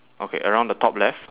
okay around the top left